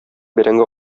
бәрәңге